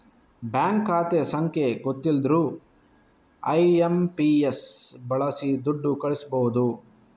bank ಖಾತೆ ಸಂಖ್ಯೆ ಗೊತ್ತಿಲ್ದಿದ್ರೂ ಐ.ಎಂ.ಪಿ.ಎಸ್ ಬಳಸಿ ದುಡ್ಡು ಕಳಿಸ್ಬಹುದು